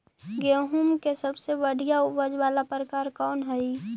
गेंहूम के सबसे बढ़िया उपज वाला प्रकार कौन हई?